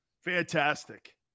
fantastic